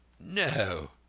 No